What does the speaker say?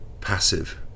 passive